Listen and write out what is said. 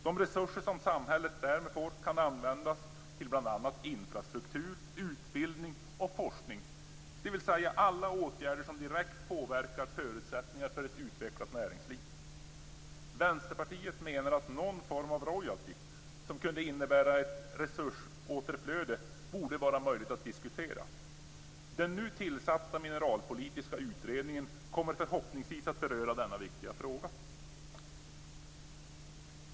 De resurser som samhället därmed får kan användas till bl.a. infrastruktur, utbildning och forskning, dvs. till alla åtgärder som direkt påverkar förutsättningar för ett utvecklat näringsliv. Vänsterpartiet menar att någon form av royalty som kunde innebära ett resursåterflöde borde vara möjligt att diskutera. Den nu tillsatta mineralpolitiska utredningen kommer förhoppningsvis att beröra denna viktiga fråga.